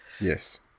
Yes